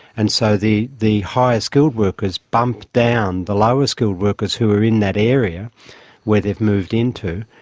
and so the the higher skilled workers bump down the lower skilled workers who are in that area where they have moved into.